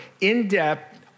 in-depth